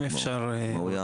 אם אפשר.